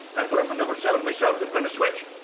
i put him in number seven myself. there's been a switch.